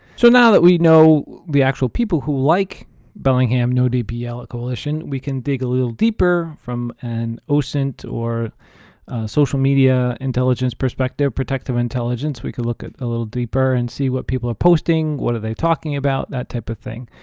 so now that we know the actual people who like bellingham no dapl ah ah coalition, we can dig a little deeper from an osint or social media intelligence perspective, protective intelligence, we could look at a little deeper and see what people are posting what are they talking about, that type of thing.